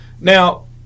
Now